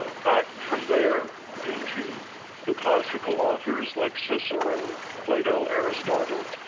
ah back from there into the classical authors like cicero, plato, aristotle.